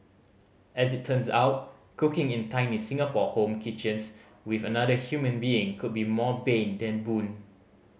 as it turns out cooking in tiny Singapore home kitchens with another human being could be more bane than boon